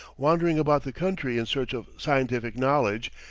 wandering about the country in search of scientific knowledge,